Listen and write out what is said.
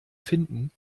finden